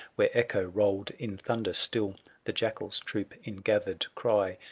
where echo rolled in thunder still the jackal's troop, in gathered cry,